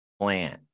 plant